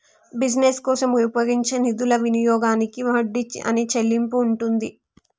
business కోసం ఉపయోగించే నిధుల వినియోగానికి వడ్డీ అనే చెల్లింపు ఉంటుంది